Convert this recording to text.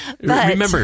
Remember